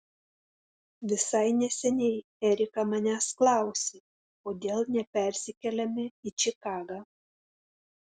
visai neseniai erika manęs klausė kodėl nepersikeliame į čikagą